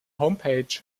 homepage